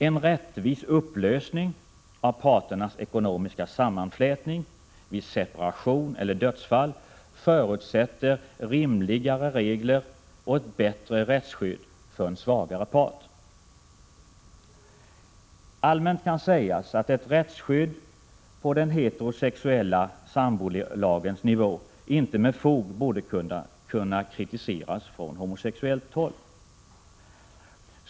En rättvis upplösning av parternas ekonomiska sammanflätning vid separation eller dödsfall förutsätter rimligare regler och ett bättre rättsskydd för en svagare part. Allmänt kan sägas att ett rättsskydd på den heterosexuella sambolagens nivå inte med fog borde kunna kritiseras från homosexuellt håll.